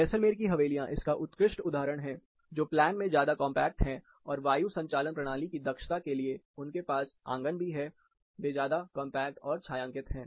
जैसलमेर की हवेलियां इसका उत्कृष्ट उदाहरण है जो प्लान में ज्यादा कंपैक्ट है और वायु संचालन प्रणाली की दक्षता के लिए उनके पास आंगन भी है वे ज्यादा कंपैक्ट और छायांकित है